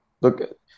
Look